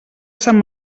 sant